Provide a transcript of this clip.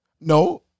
No